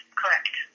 correct